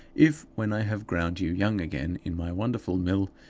if, when i have ground you young again in my wonderful mill,